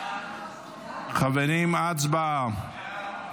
חברים, הצבעה.